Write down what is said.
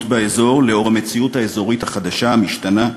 באזור לאור המציאות האזורית המשתנה החדשה,